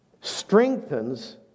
strengthens